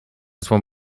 swą